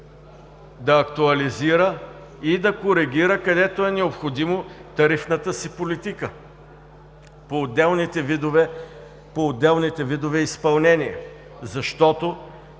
да актуализира и да коригира, където е необходимо, тарифната си политика по отделните видове изпълнения.